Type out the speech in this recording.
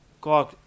God